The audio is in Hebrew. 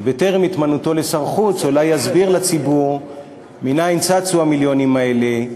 ובטרם התמנותו לשר החוץ אולי יסביר לציבור מנין צצו המיליונים האלה,